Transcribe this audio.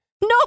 No